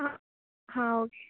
आं हां ओके